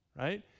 Right